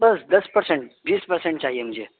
بس دس پرسینٹ بیس پرسینٹ چاہیے مجھے